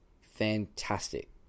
fantastic